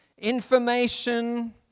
Information